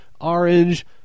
Orange